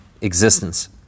existence